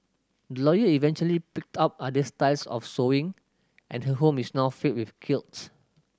lawyer eventually picked up other styles of sewing and her home is now filled with quilts